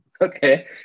Okay